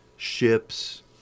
ships